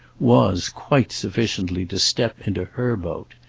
was quite sufficiently to step into her boat.